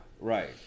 right